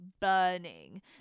burning